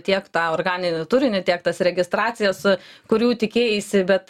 tiek tą organinį turinį tiek tas registracijas kurių tikėjaisi bet